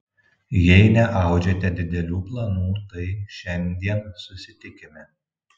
jei neaudžiate didelių planų tai šiandien susitikime